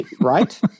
Right